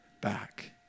back